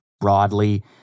broadly